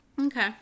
Okay